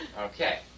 okay